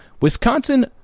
wisconsin